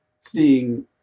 seeing